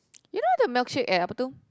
you know the milkshake at apa itu